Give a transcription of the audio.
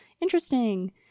Interesting